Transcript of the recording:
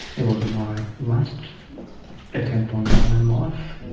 it wasn't my last attempt on my own life.